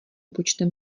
počtem